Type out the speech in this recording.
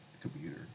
computer